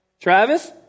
Travis